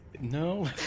No